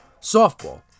softball